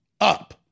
up